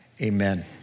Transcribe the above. amen